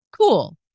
cool